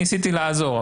ניסיתי לעזור,